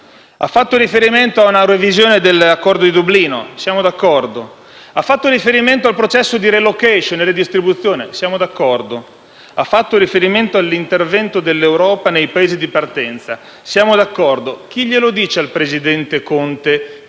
ha fatto riferimento a una revisione dell'accordo di Dublino e siamo d'accordo; ha fatto riferimento al processo di *relocation* e redistribuzione e siamo d'accordo; ha fatto riferimento all'intervento dell'Europa nei Paesi di partenza e siamo d'accordo. Chi glielo dice al presidente Conte